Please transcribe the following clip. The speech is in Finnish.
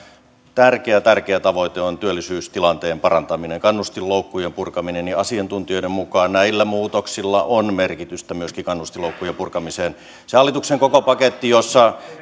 tärkeä tärkeä tavoite on työllisyystilanteen parantaminen kannustinloukkujen purkaminen ja asiantuntijoiden mukaan näillä muutoksilla on merkitystä myöskin kannustinloukkujen purkamiseen sen hallituksen koko paketin jossa